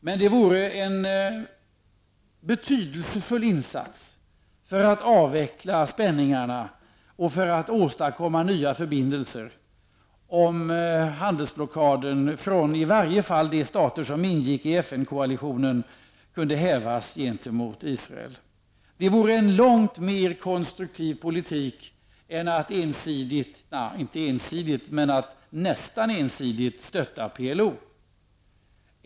Men det vore en betydelsefull insats för att avveckla spänningarna och att åstadkomma nya förbindelser om handelsblockaden, från i varje fall de stater som ingick i FN-koalitionen, kunde hävas mot Israel. Det vore en långt mer konstruktiv politik än att nästan ensidigt stötta PLO.